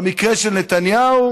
במקרה של נתניהו,